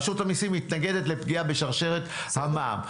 המיסים מתנגדת לפגיעה בשרשרת המע"מ,